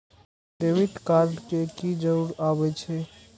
Debit card के की जरूर आवे छै?